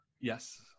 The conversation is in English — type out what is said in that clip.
Yes